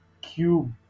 cube